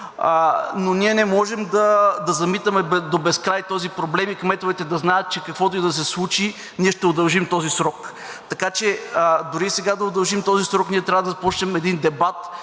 но ние не можем да замитаме до безкрай този проблем и кметовете да знаят, че каквото и да се случи, ние ще удължим този срок. Така че дори и сега да удължим този срок, ние трябва да започнем един дебат